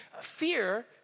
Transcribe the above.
fear